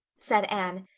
said anne,